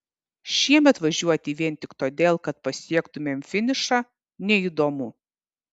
šiemet važiuoti vien tik todėl kad pasiektumėm finišą neįdomu